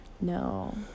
no